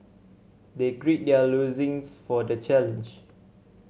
they grid their loins for the challenge